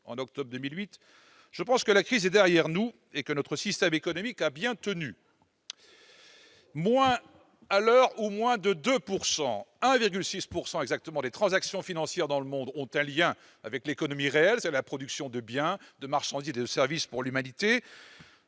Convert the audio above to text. en octobre 2008 :« Je pense que la crise est derrière nous et que notre système économique a bien tenu. » À l'heure où moins de 2 %, 1,6 % pour être précis, des transactions financières dans le monde ont un lien avec l'économie réelle, c'est-à-dire la production de biens, de marchandises et de services pour l'humanité,